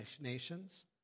nations